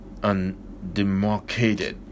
undemarcated